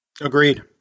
Agreed